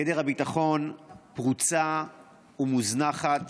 גדר הביטחון פרוצה ומוזנחת